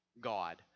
God